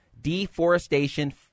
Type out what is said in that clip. deforestation